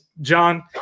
John